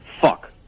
Fuck